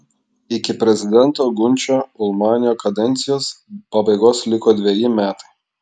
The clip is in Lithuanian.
iki prezidento gunčio ulmanio kadencijos pabaigos liko dveji metai